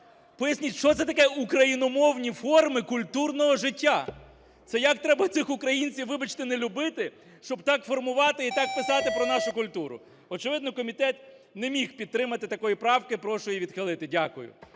Поясніть, що це таке: "україномовні форми культурного життя"? Це як треба цих українців, вибачте, не любити, щоб так формувати і так писати про нашу культуру! Очевидно, комітет не міг підтримати такої правки. Прошу її відхилити. Дякую.